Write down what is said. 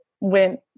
went